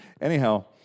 Anyhow